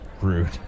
Rude